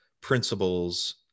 principles